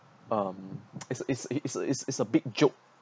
um it's it's a it's a it's it's a big joke